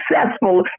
successful